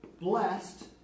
blessed